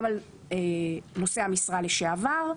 גם על נושאי המשרה לשעבר,